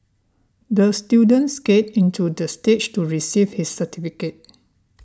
the student skated into the stage to receive his certificate